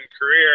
career